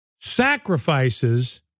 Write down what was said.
sacrifices